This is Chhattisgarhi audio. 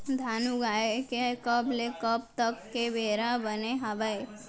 धान उगाए के कब ले कब तक के बेरा बने हावय?